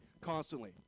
constantly